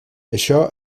això